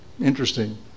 Interesting